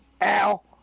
Al